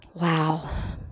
Wow